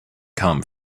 come